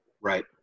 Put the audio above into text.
right